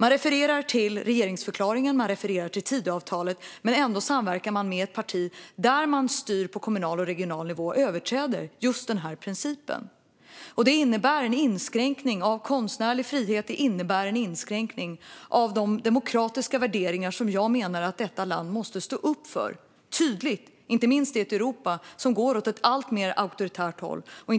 Man refererar till regeringsförklaringen och till Tidöavtalet, men ändå samverkar man med ett parti som där det styr på kommunal och regional nivå överträder just denna princip. Det innebär en inskränkning av konstnärlig frihet och av de demokratiska värderingar som jag menar att Sverige tydligt måste stå upp för, inte minst i ett Europa som går åt ett alltmer auktoritärt håll och